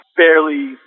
barely